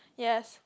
yes